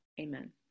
amen